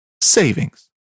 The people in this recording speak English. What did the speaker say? savings